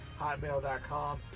hotmail.com